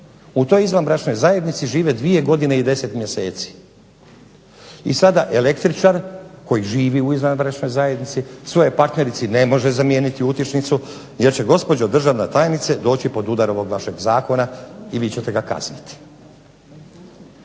u toj izvanbračnoj zajednici žive 2 godine i 10 mjeseci, i sada električar koji živi u izvanbračnoj zajednici svojoj partnerici ne može zamijeniti utičnicu jer će gospođo državna tajnice doći pod udar ovog vašeg Zakona i vi ćete ga kazniti.